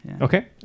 Okay